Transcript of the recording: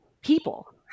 people